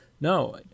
no